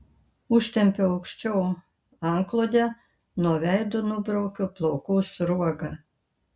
užtempiu aukščiau antklodę nuo veido nubraukiu plaukų sruogą